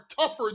tougher